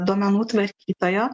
duomenų tvarkytojo